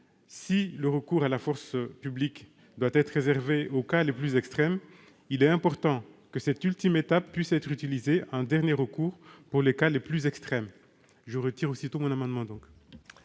: le recours à la force publique doit être réservé aux cas les plus extrêmes. Il est important que cette ultime étape puisse être utilisée en dernier recours. Cela dit, je retire mon amendement.